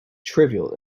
trivial